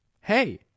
hey